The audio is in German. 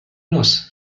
nuss